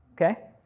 Okay